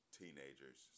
teenagers